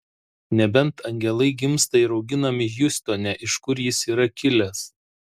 nebent angelai gimsta ir auginami hjustone iš kur jis yra kilęs